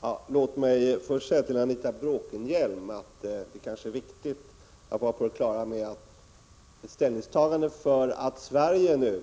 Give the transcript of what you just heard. Herr talman! Låt mig först säga till Anita Bråkenhielm att det är viktigt att vara klar över att ett ställningstagande för att Sverige nu,